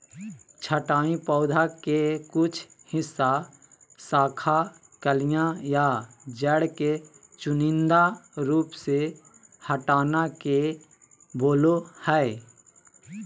छंटाई पौधा के कुछ हिस्सा, शाखा, कलियां या जड़ के चुनिंदा रूप से हटाना के बोलो हइ